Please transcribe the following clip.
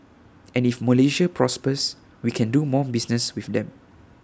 and if Malaysia prospers we can do more business with them